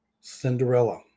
Cinderella